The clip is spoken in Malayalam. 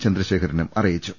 ചന്ദ്രശേഖരനും അറിയിച്ചു